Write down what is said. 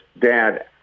dad